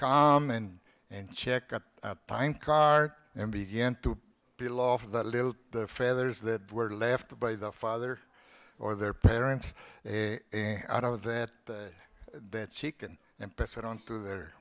calm and and check up pine cart and begin to peel off that little feathers that were left by the father or their parents out of that that chicken and pass it on to their